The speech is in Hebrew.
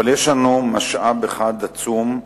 אבל יש לנו משאב אחד עצום,